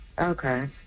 Okay